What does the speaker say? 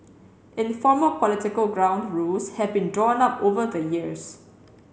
informal political ground rules have been drawn up over the years